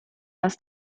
nas